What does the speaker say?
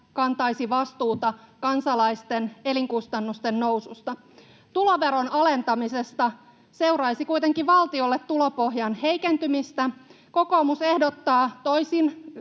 kantaisi vastuuta kansalaisten elinkustannusten noususta. Tuloveron alentamisesta seuraisi kuitenkin valtiolle tulopohjan heikentymistä. Kokoomus ehdottaa toisin